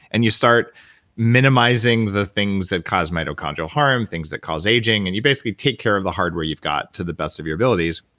and you start minimizing the things that cause mitochondrial harm, things that cause aging, and you basically take care of the hardware you've got to the best of your abilities,